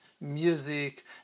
music